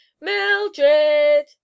Mildred